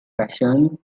fashion